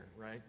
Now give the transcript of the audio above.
right